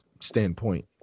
standpoint